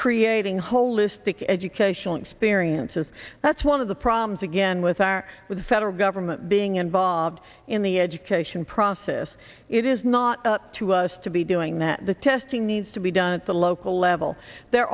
creating holistic educational experiences that's one of the problems again with our with the federal government being involved in the education process it is not up to us to be doing that the testing needs to be done at the local level there